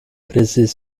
precis